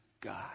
God